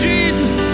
Jesus